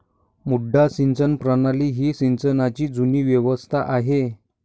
मुड्डा सिंचन प्रणाली ही सिंचनाची जुनी व्यवस्था आहे